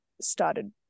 started